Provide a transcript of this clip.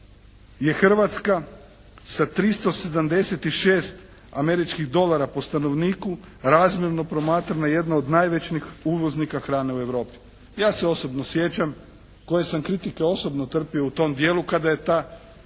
je Hrvatska sa 376 američkih dolara po stanovniku razmjerno promatrana jedan od najvećih uvoznika hrane u Europi. Ja se osobno sjećam koje sam kritike osobno trpio u tom dijelu kada je ta